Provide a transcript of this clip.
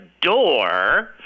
door